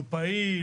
הוא פעיל,